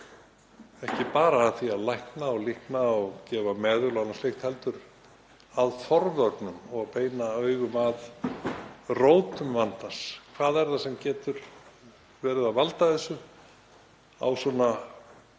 ekki bara að því að lækna og líkna og gefa meðul og annað slíkt heldur að forvörnum og beina augum að rótum vandans. Hvað er það sem getur verið að valda þessu á svona